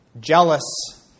jealous